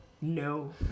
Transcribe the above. No